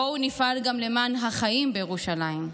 בואו נפעל גם למען החיים בירושלים.